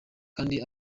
kandi